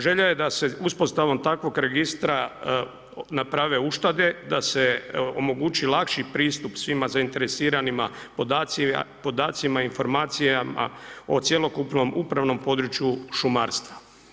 Želja je da se uspostavom takvog registra naprave uštede, da se omogući lakši pristup svima zainteresiranima, podacima, informacijama o cjelokupnom upravnom području šumarstva.